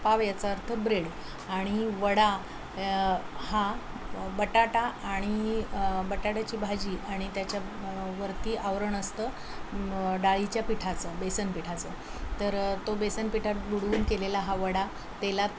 पाव याचा अर्थ ब्रेड आणि वडा हा बटाटा आणि बटाटाची भाजी आणि त्याच्या वरती आवरण असतं डाळीच्या पिठाचं बेसन पिठाचं तर तो बेसन पिठात बुडवून केलेला हा वडा तेलात